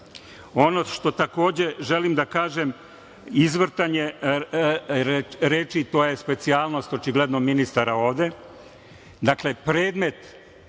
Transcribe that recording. što takođe želim da kažem, izvrtanje reči, to je specijalnost očigledno ministara ovde.